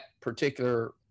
particular